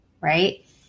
Right